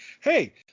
hey